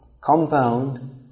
compound